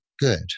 good